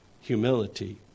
humility